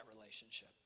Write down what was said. relationship